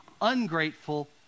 ungrateful